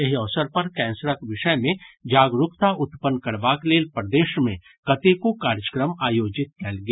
एहि अवसर पर कैंसरक विषय मे जागरूकता उत्पन्न करबाक लेल प्रदेश मे कतेको कार्यक्रम आयोजित कयल गेल